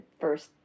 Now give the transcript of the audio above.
first